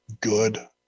good